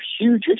huge